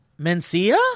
Mencia